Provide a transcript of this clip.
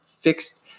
fixed